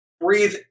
breathe